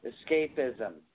Escapism